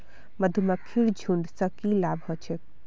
मधुमक्खीर झुंड स की लाभ ह छेक